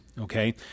okay